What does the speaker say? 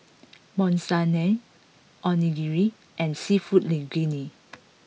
Monsunabe Onigiri and Seafood Linguine